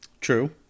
True